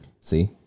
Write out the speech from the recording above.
See